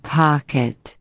pocket